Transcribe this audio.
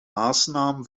maßnahmen